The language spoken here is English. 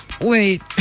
wait